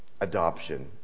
Adoption